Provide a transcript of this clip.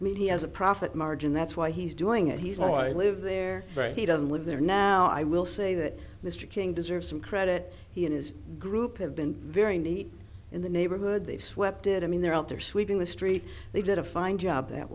i mean he has a profit margin that's why he's doing it he's well i live there but he doesn't live there now i will say that mr king deserves some credit he and his group have been very neat in the neighborhood they swept it i mean they're out there sweeping the street they did a fine job that